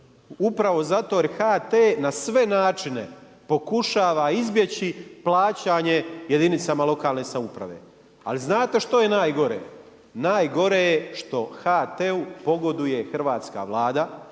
Upravo zato jer HT na sve načine pokušava izbjeći plaćanje jedinicama lokalne samouprave. Ali znate što je najgore? Najgore je što HT-u pogoduje hrvatska Vlada,